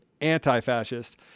anti-fascist